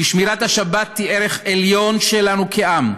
כי שמירת השבת היא ערך עליון שלנו כעם,